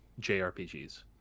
JRPGs